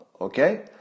Okay